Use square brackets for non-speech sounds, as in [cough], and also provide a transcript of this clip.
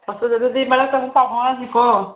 [unintelligible] ꯑꯗꯨꯗꯤ ꯃꯔꯛꯇ ꯑꯃꯨꯛ ꯄꯥꯎ ꯐꯥꯎꯅꯔꯁꯤꯀꯣ